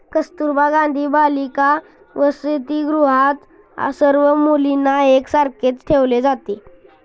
कस्तुरबा गांधी बालिका वसतिगृहात सर्व मुलींना एक सारखेच ठेवले जाते